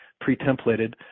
pre-templated